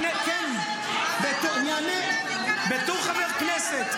--- אני אענה, בתור חבר הכנסת.